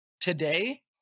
today